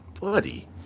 Buddy